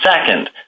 Second